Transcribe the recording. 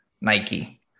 Nike